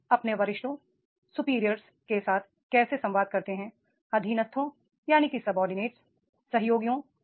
आप अपने वरिष्ठों के साथ कैसे संवाद करते हैं सबोर्डिनेट सहयोगियों